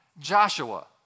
Joshua